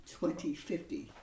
2050